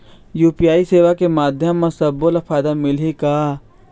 UPI सेवा के माध्यम म सब्बो ला फायदा मिलही का?